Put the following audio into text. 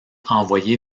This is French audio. envoyé